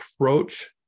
approach